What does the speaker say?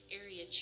area